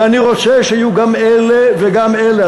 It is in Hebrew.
ואני רוצה שיהיו גם אלה וגם אלה.